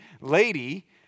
lady